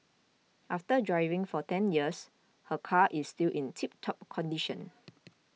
after driving for ten years her car is still in tip top condition